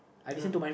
ya